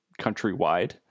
countrywide